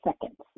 seconds